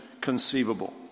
conceivable